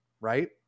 Right